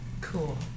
cool